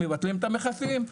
מבטלים את המכסים,